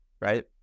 right